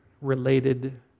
related